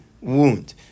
wound